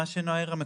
מה שנעה העירה,